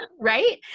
Right